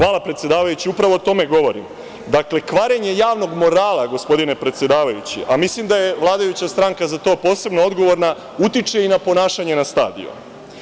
Hvala predsedavajući, upravo o tome govorim Dakle, kvarenje javnog morala, gospodine predsedavajući, a mislim da je vladajuća stranka za to posebno odgovorna, utiče i na ponašanje na stadionima.